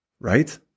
right